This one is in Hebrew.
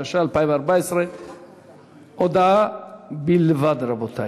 התשע"ה 2014. הודעה בלבד, רבותי.